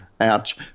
ouch